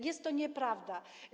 Jest to nieprawda.